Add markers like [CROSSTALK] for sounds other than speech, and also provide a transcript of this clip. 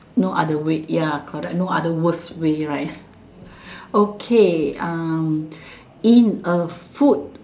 no other way ya correct no other worst way right [BREATH] okay um in a food